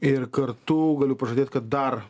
ir kartu galiu pažadėt kad dar